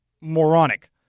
moronic